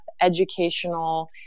educational